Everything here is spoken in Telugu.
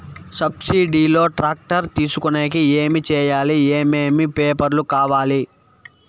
సబ్సిడి లో టాక్టర్ తీసుకొనేకి ఏమి చేయాలి? ఏమేమి పేపర్లు కావాలి?